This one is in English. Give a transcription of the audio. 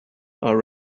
are